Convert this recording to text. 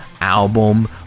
album